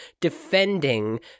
Defending